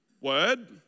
word